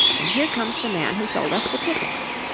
and here comes the man who sold us the tickets.